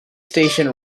station